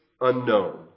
unknown